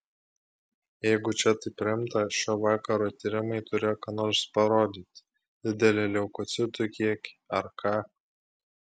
jeigu čia taip rimta šio vakaro tyrimai turėjo ką nors parodyti didelį leukocitų kiekį ar ką